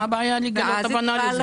מה הבעיה לגלות הבנה לזה?